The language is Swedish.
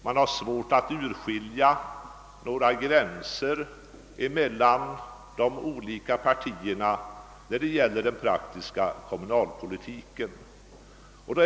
Man har svårt att urskilja några klara gränser emellan de olika partierna när det gäller den praktiska kommunalpolitiken.